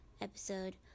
episode